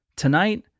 tonight